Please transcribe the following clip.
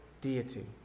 deity